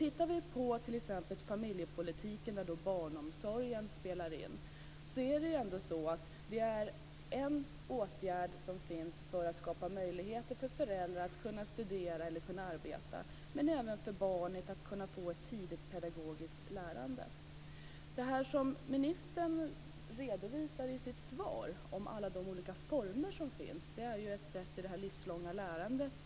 Låt oss då titta på familjepolitiken och barnomsorgen. Det finns en åtgärd att skapa möjligheter för föräldrar att kunna studera eller arbeta men även för barnet att få ett tidigt pedagogiskt lärande. Ministern redovisar i sitt svar för de olika verksamheter som finns. De ingår i det livslånga lärandet.